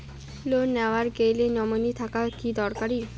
Loan নেওয়ার গেলে nominee থাকা কি দরকারী?